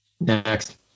Next